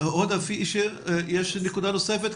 יש לך עוד נקודה נוספת?